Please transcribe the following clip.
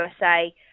USA